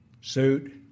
suit